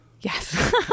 Yes